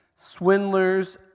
swindlers